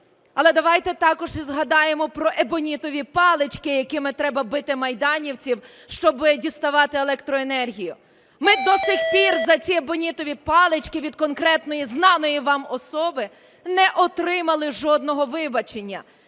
Але давайте також і згадаємо про ебонітові палички, якими треба бити майданівців, щоб діставати електроенергію. Ми до сих пір за ці ебонітові палички від конкретної, знаної вам особи не отримали жодного вибачення.